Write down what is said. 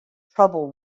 trouble